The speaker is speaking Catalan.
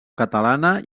catalana